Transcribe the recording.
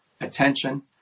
Attention